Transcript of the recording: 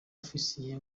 ofisiye